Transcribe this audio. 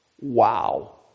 Wow